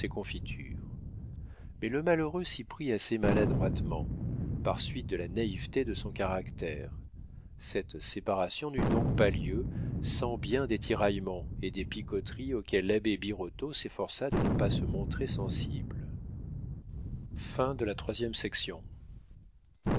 mais le malheureux s'y prit assez maladroitement par suite de la naïveté de son caractère cette séparation n'eut donc pas lieu sans bien des tiraillements et des picoteries auxquels l'abbé birotteau s'efforça de ne pas se montrer sensible